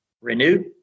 renew